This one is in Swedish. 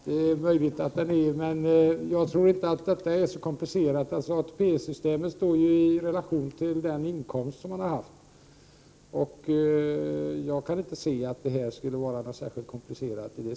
Herr talman! Det är möjligt att frågan är för tidigt väckt, men jag tror inte att det blir så komplicerat. ATP-systemet står ju i relation till vad man har haft för inkomst. Jag kan inte se att det skulle bli särskilt komplicerat.